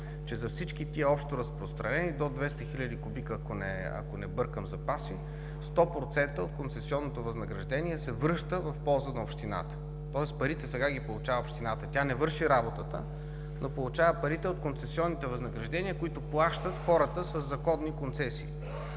че за всички тези общоразпространени до 200 хиляди кубика запаси, ако не бъркам, 100% от концесионното възнаграждение се връща в полза на общината. Тоест парите сега ги получава общината. Тя не върши работата, но получава парите от концесионните възнаграждения, които плащат хората със законни концесии.